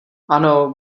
ano